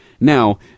Now